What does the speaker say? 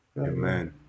Amen